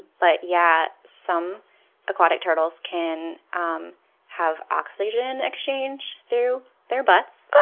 but yeah, some aquatic turtles can um have oxygen exchange through their butts.